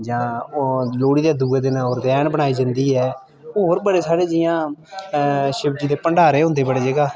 जां होर लोह्ड़ी दे दूए दिन त्रैण मनाई जंदी ऐ और बड़े सारे जि'यां शिवजी दे भंडारे हुंदे बड़ी जगह्